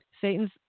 Satan's